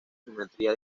geometría